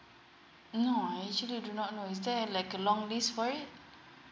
no I actually do not know is there like a long list for it